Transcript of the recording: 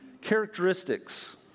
characteristics